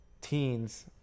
teens